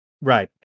right